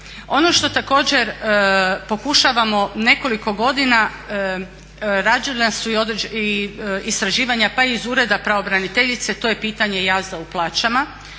Ono što također pokušavamo nekoliko godina, rađena su istraživanja pa i iz ureda pravobraniteljice, to je pitanje jaza u plaćama.